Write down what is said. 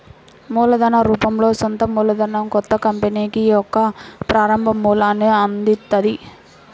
మూలధన రూపంలో సొంత మూలధనం కొత్త కంపెనీకి యొక్క ప్రారంభ మూలాన్ని అందిత్తది